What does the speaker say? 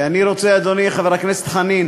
אני רוצה, אדוני חבר הכנסת חנין